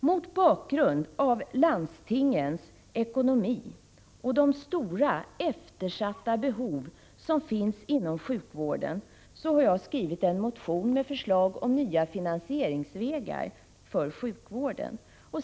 Mot bakgrund av landstingens ekonomi och de stora eftersatta behov som finns inom sjukvården har jag skrivit en motion med förslag om nya finansieringsvägar för sjukvården.